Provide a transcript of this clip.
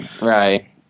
Right